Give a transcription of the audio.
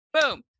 Boom